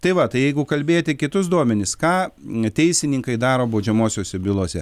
tai va tai jeigu kalbėti kitus duomenis ką teisininkai daro baudžiamosiose bylose